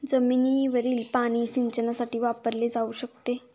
जमिनीवरील पाणी सिंचनासाठी वापरले जाऊ शकते